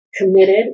Committed